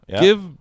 give